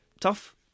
Tough